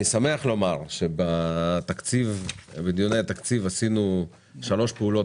אני שמח לומר שבדיוני התקציב עשינו שלוש פעולות